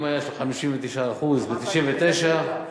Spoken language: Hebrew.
אם היה 59% ב-1999,